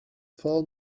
far